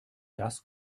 das